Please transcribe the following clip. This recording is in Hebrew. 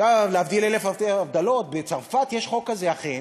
להבדיל אלף אלפי הבדלות, בצרפת יש חוק כזה, אכן,